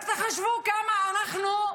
רק תחשבו כמה אנחנו,